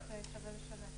תודה.